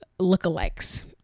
lookalikes